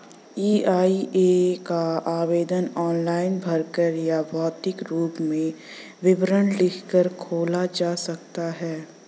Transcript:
EIA का आवेदन online भरकर या भौतिक रूप में विवरण लिखकर खोला जा सकता है